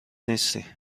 نیستی